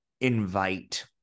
invite